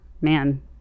man